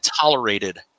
tolerated